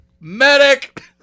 Medic